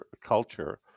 culture